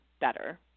better